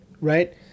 right